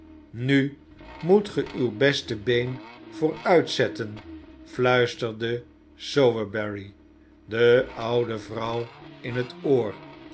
nu moet ge uw beste been vooruitzetten fluisterde sowerberry de oude vrouw in het oor